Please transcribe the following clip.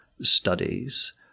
studies